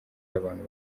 y’abantu